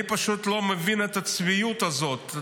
אני פשוט לא מבין את הצביעות הזאת.